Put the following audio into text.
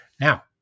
Now